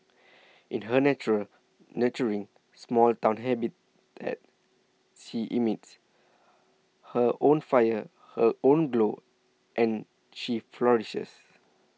in her natural nurturing small town habitat she emits her own fire her own glow and she flourishes